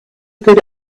good